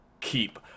keep